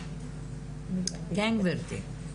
כן גברתי.